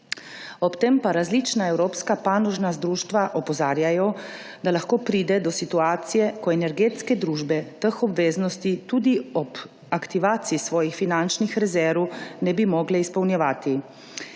Ob tem pa različna evropska panožna društva opozarjajo, da lahko pride do situacije, ko energetske družbe teh obveznosti tudi ob aktivaciji svojih finančnih rezerv ne bi mogle izpolnjevati.